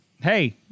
hey